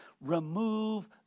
Remove